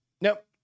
Nope